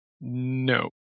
No